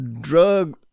drug